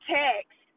text